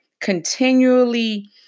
Continually